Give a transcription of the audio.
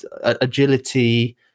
Agility